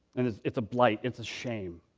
and it's it's a blight, it's a shame,